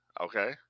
okay